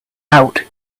out